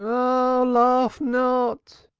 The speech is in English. ah, laugh not,